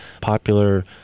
popular